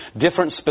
different